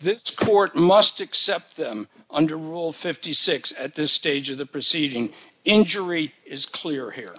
the court must accept them under rule fifty six at this stage of the proceeding injury is clear here